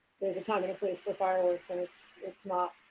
there is time and place for fireworks, and it's it's not